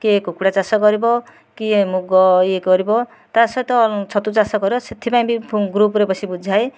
କିଏ କୁକୁଡ଼ା ଚାଷ କରିବ କିଏ ମୁଗ ଇଏ କରିବ ତା' ସହିତ ଛତୁଚାଷ କରିବ ସେଥିପାଇଁ ବି ଗୃପରେ ବସି ବୁଝାଏ